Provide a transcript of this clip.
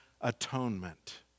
atonement